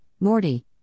Morty